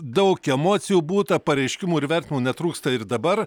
daug emocijų būta pareiškimų ir vertinimų netrūksta ir dabar